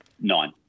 Nine